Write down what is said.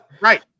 Right